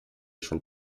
schon